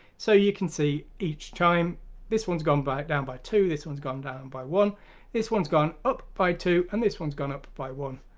so you can see each time this one's gone back down by two, this one's gone down by one this one's gone up by two, and this one's gone up by one.